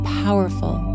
powerful